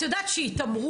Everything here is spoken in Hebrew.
את יודעת שהתעמרות,